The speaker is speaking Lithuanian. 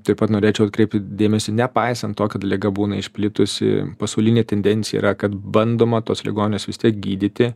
taip pat norėčiau atkreipti dėmesį nepaisant to kad liga būna išplitusi pasaulinė tendencija yra kad bandoma tuos ligonius vis tiek gydyti